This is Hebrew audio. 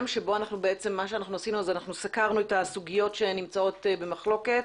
שבו סקרנו את הסוגיות שנמצאות במחלוקת.